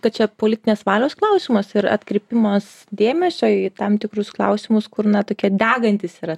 kad čia politinės valios klausimas ir atkreipimas dėmesio į tam tikrus klausimus kur na tokie degantys yra